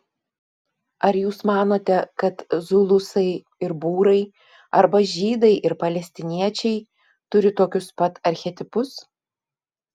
ar jūs manote kad zulusai ir būrai arba žydai ir palestiniečiai turi tokius pat archetipus